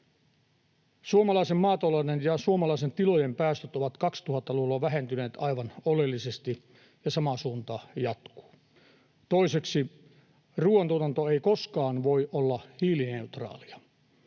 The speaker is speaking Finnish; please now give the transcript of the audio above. Suomalaisen maatalouden ja suomalaisten tilojen päästöt ovat 2000-luvulla vähentyneet aivan oleellisesti, ja sama suunta jatkuu. Toiseksi, ruuantuotanto ei koskaan voi olla hiilineutraalia.